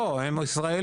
לא, הם ישראלים.